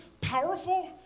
powerful